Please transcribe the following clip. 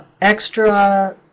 extra